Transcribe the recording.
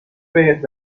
بهت